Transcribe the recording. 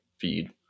feed